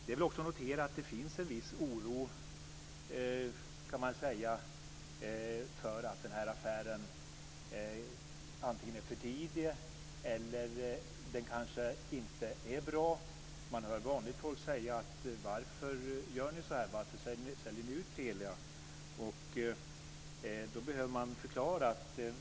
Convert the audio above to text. Jag vill också notera att det finns en viss oro för att den här affären antingen är för tidig eller kanske inte är bra. Man hör vanligt folk fråga: Varför gör ni så här, varför säljer ni ut Telia? Då behöver man förklara.